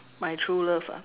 my true love ah